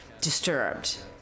disturbed